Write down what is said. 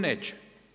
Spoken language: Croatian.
Neće.